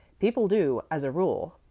people do, as a rule,